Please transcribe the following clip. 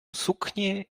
suknie